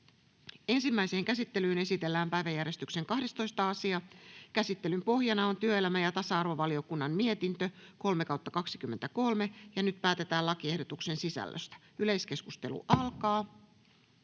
Ensimmäiseen käsittelyyn esitellään päiväjärjestyksen 8. asia. Käsittelyn pohjana on hallintovaliokunnan mietintö HaVM 5/2023 vp. Nyt päätetään lakiehdotusten sisällöstä. — Keskustelu alkaa.